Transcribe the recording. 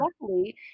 luckily